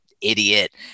idiot